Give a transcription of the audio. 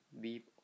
beep